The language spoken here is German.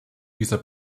dieser